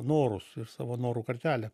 norus ir savo norų kartelę